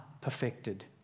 perfected